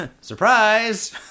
Surprise